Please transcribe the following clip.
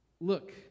look